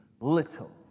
little